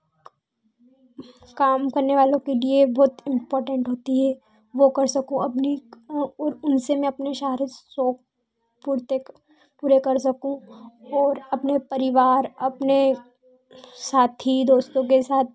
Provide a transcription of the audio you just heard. काम करने वालों के लिए बहुत इम्पोर्टेन्ट होती है वह कर सकूँ अपनी और उनसे मैं अपनी सारे शोक पूर्तिक पूरे कर सकूँ और अपने परिवार अपने साथी दोस्तों के साथ